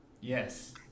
Yes